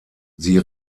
sie